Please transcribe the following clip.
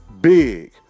big